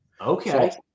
Okay